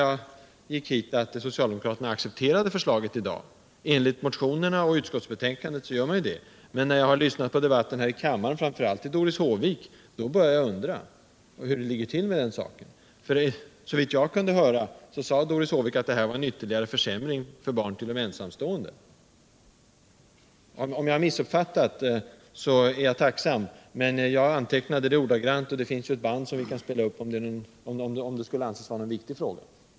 Jag trodde att socialdemokraterna accepterade det förslag som har lagts fram här i dag — att döma av motionerna och av utskottsbetänkandet gör man det. Men efter att ha lyssnat till debatten i kammaren, framför allt till Doris Håvik. börjar jag undra hur det tigger till med den saken. Doris Håvik sade att förslaget innebar en ytterligare försämring för barn till ensamstående föräldrar. Om jag missuppfattade Doris Håvik är jag tacksam för cut ullrättaläggande, men jag antecknade det hon sade på den här punkten, och om det anses vara en viktig fråga har vi möjlighet att kontrollera det mot den bandupptagning som finns.